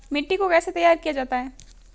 मिट्टी को कैसे तैयार किया जाता है?